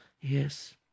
Yes